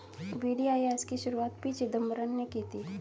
VDIS की शुरुआत P Chidambaram ने की थी